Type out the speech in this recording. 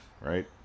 right